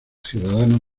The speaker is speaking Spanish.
ciudadanos